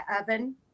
oven